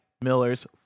Miller's